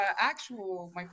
actual